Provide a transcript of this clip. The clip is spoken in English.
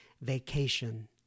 vacation